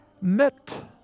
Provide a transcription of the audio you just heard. met